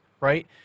right